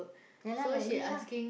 ya lah like me lah